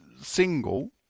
single